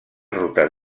rutes